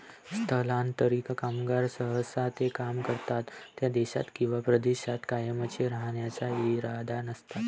स्थलांतरित कामगार सहसा ते काम करतात त्या देशात किंवा प्रदेशात कायमचे राहण्याचा इरादा नसतात